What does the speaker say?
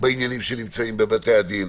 לעניינים שנמצאים בבתי-הדין.